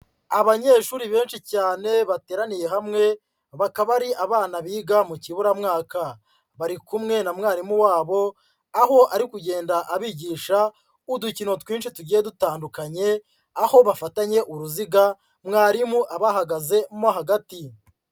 Abanyeshuri benshi cyane bateraniye hamwe bakaba ari abana biga mu kiburamwaka. Bari kumwe na mwarimu wabo aho ari kugenda abigisha udukino twinshi tugiye dutandukanye, aho bafatanye uruziga mwarimu abahagaze mo hagati.